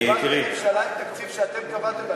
קיבלתם ממשלה עם תקציב שאתם קבעתם.